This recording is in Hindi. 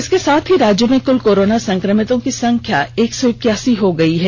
इसके साथ ही राज्य में कुल कोरोना संकमितों की संख्या एक सौ इक्यासी हो गयी है